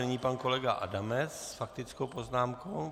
Nyní pan kolega Adamec s faktickou poznámkou.